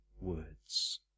words